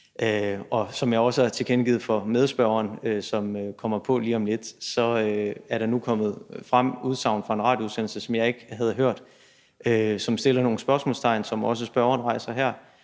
Og som jeg også har tilkendegivet for medspørgeren, som kommer på lige om lidt, er der nu fremkommet udsagn fra en radioudsendelse, som jeg ikke havde hørt, og som rejser nogle spørgsmål, som spørgeren også rejser her,